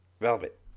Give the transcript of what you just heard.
Velvet